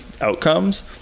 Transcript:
outcomes